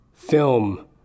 Film